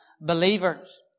believers